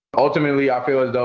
ultimately opulent